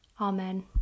Amen